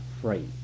free